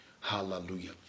hallelujah